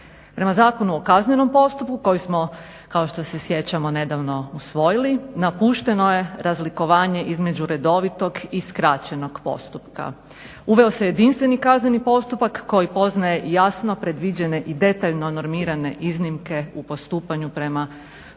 Prema Zakonu o kaznenom postupku koji smo kao što se sjećamo nedavno usvojili napušteno je razlikovanje između redovitog i skraćenog postupka. Uveo se jedinstveni kazneni postupak koji poznaje jasno predviđene i detaljno normirane iznimke u postupanju prema